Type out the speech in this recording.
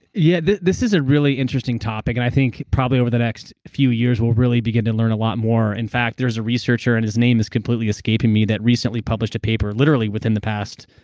yeah this is a really interesting topic. and i think probably over the next few years we'll really begin to learn a lot more. in fact, there is a researcher, and his name is completely escaping me, that recently published a paper, literally within the past,